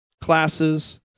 classes